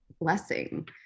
blessing